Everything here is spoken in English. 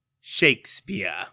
Shakespeare